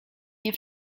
nie